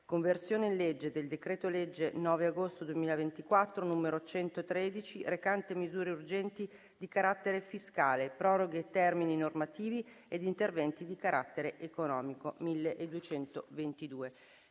«Conversione in legge del decreto-legge 9 agosto 2024, n. 113, recante misure urgenti di carattere fiscale, proroghe di termini normativi ed interventi di carattere economico» (1222).